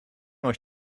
euch